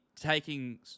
taking